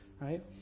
Right